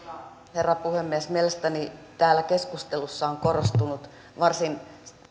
herra puhemies mielestäni täällä keskustelussa on korostunut varsin